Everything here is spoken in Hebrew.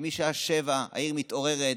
שמשעה 19:00 העיר מתעוררת,